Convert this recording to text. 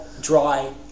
dry